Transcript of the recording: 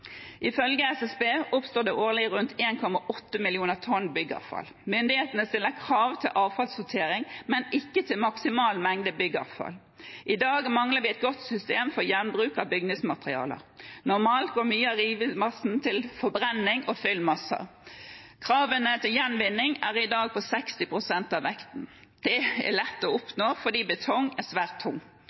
Ifølge SSB oppstår det årlig rundt 1,8 millioner tonn byggeavfall. Myndighetene stiller krav til avfallssortering, men ikke til maksimal mengde byggeavfall. I dag mangler vi et godt system for gjenbruk av bygningsmaterialer. Normalt går mye av rivemassen til forbrenning og fyllmasse. Kravene til gjenvinning er i dag på 60 pst. av vekten. Det er lett å oppnå fordi betong er svært tung.